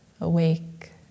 awake